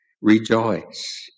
rejoice